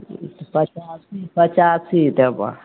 हूँ पचासी पचासी देबो